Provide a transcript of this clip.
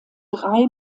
drei